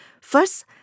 First